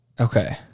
Okay